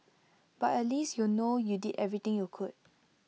but at least you'll know you did everything you could